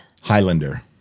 Highlander